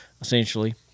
essentially